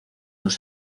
dos